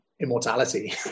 immortality